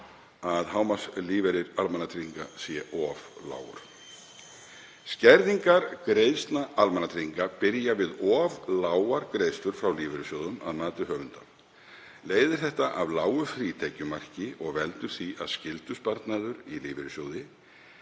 að hámarkslífeyrir almannatrygginga sé of lágur. Skerðingar greiðslna almannatrygginga byrja við of lágar greiðslur frá lífeyrissjóðum að mati höfunda. Leiðir þetta af lágu frítekjumarki og veldur því að skyldusparnaður í lífeyrissjóði